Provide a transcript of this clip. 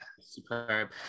Superb